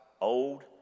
old